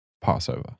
Passover